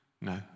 No